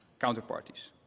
counterparties.